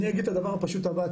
אני אגיד את הדבר הפשוט הבא,